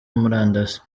murandasi